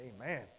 amen